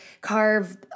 carve